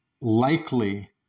likely